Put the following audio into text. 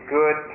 good